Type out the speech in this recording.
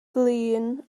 glin